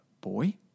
boy